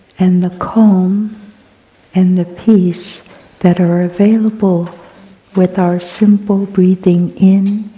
and the calm and the peace that are available with our simple breathing in